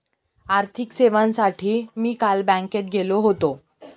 आर्थिक सेवांसाठी मी काल बँकेत गेलो होतो